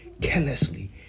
carelessly